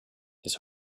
his